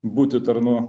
būti tarnu